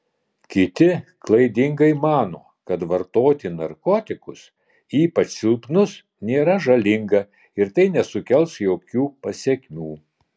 kiti klaidingai mano kad vartoti narkotikus ypač silpnus nėra žalinga ir tai nesukels jokių pasekmių